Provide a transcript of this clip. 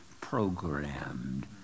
programmed